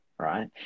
Right